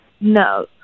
No